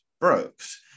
Brooks